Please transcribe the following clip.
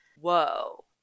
Whoa